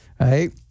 right